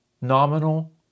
nominal